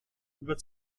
über